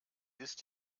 ist